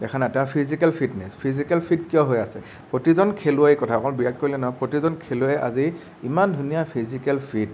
দেখা নাই তেওঁৰ ফিজিকেল ফিটনেচ ফিজিকেল ফিট কিয় হৈ আছে প্ৰতিজন খেলুৱৈৰে কথা কওঁ বিৰাট কোহলিয়ে নহয় প্ৰতিজন খেলুৱৈয়ে আজি ইমান ধুনীয়া ফিজিকেল ফিট